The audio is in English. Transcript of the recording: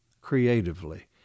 creatively